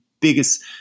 biggest